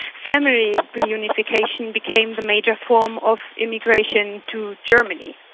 family reunification became the major form of immigration to germany.